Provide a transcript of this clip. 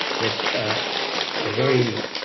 that ah a very